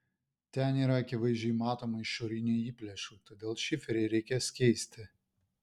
ten yra akivaizdžiai matomų išorinių įplėšų todėl šiferį reikės keisti